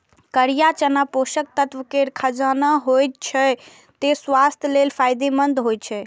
करिया चना पोषक तत्व केर खजाना होइ छै, तें स्वास्थ्य लेल फायदेमंद होइ छै